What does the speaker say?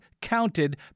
counted